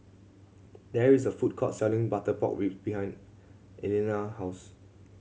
there is a food court selling butter pork rib behind Elianna house